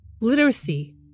literacy